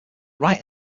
riot